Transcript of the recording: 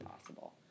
possible